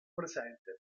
presente